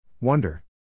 Wonder